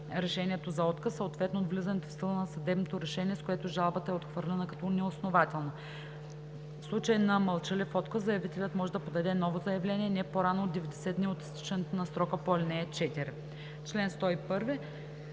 решението за отказ, съответно от влизането в сила на съдебното решение, с което жалбата е отхвърлена като неоснователна. В случай на мълчалив отказ заявителят може да подаде ново заявление не по-рано от 90 дни от изтичане на срока по ал. 4.“ По чл. 101